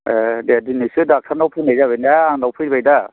ए दे दिनैसो डक्टरनाव फैनाय जाबाय ना आंनाव फैबाय दा